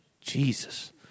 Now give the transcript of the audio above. Jesus